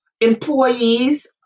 employees